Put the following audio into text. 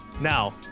now